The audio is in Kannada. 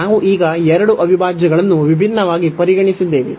ನಾವು ಈಗ ಎರಡು ಅವಿಭಾಜ್ಯಗಳನ್ನು ವಿಭಿನ್ನವಾಗಿ ಪರಿಗಣಿಸಿದ್ದೇವೆ